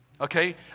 Okay